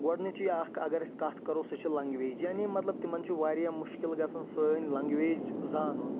گۄڈٕنِچی اکھ اَگر أسۍ کَتھ کَرو سۄ چھےٚ لیٚنٛگویج یعنی مطلب تِمن چھ واریاہ مُشکِل گژھان سٲنۍ لیٚنٛگویج زانُن